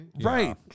right